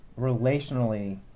relationally